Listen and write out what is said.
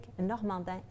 Normandin